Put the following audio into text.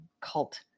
cult